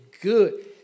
good